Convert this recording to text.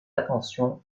attention